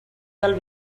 del